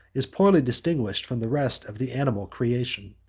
is poorly distinguished from the rest of the animal creation.